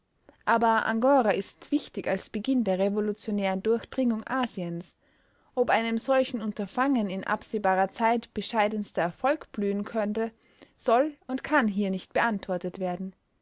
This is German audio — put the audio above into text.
aber angora ist wichtig als beginn der revolutionären durchdringung asiens ob einem solchen unterfangen in absehbarer zeit bescheidenster erfolg blühen könnte soll und kann hier nicht beantwortet werden